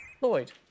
Lloyd